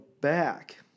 back